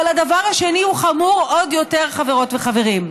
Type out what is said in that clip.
אבל הדבר השני הוא חמור עוד יותר, חברות וחברים.